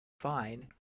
fine